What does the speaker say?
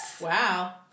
Wow